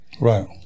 Right